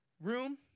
room